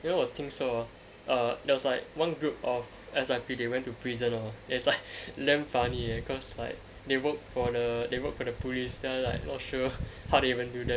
you know 我听说 orh ah there was one group of like S_I_P they went to prison hor it's like damn funny leh cause like they work for the they work for the police then like not sure how they even do there